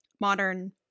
modern